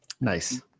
Nice